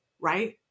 right